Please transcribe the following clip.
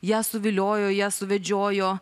ją suviliojo ją suvedžiojo